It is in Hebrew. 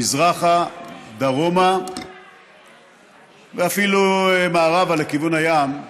מזרחה, דרומה ואפילו מערבה לכיוון הים,